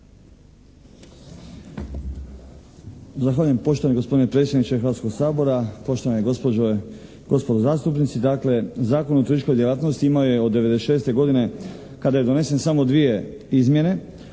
Zahvaljujem poštovani gospodine predsjedniče Hrvatskog sabora, poštovane gospođe i gospodo zastupnici. Dakle, Zakon o turističkoj djelatnosti imao je od '96. godine kada je donesen samo dvije izmjene